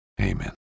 Amen